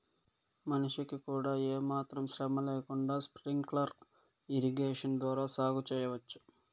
మనిషికి కూడా ఏమాత్రం శ్రమ లేకుండా స్ప్రింక్లర్ ఇరిగేషన్ ద్వారా సాగు చేయవచ్చు